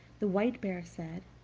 the white bear said